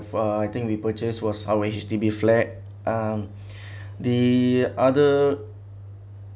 uh I think we purchase was our H_D_B flat um the other